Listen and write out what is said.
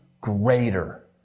greater